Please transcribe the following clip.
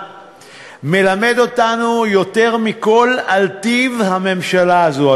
מלמד אותנו יותר מכול על טיב הממשלה הזאת,